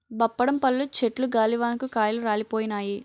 బప్పడం పళ్ళు చెట్టు గాలివానకు కాయలు రాలిపోయినాయి